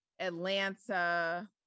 Atlanta